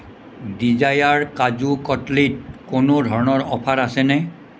Dzire কাজু কট্লিত কোনো ধৰণৰ অফাৰ আছেনে